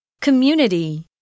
Community